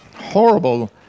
horrible